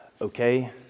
Okay